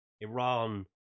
Iran